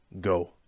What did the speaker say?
Go